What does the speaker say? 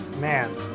man